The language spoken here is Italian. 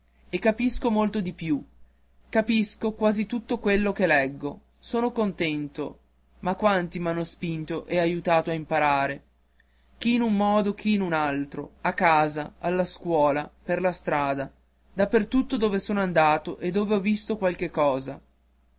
e capisco molto di più capisco quasi tutto quello che leggo sono contento ma quanti m'hanno spinto e aiutato a imparare chi in un modo chi in un altro a casa alla scuola per la strada da per tutto dove sono andato e dove ho visto qualche cosa